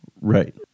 Right